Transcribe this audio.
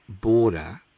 border